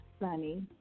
Sunny